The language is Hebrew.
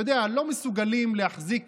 אתה יודע, לא מסוגלים להחזיק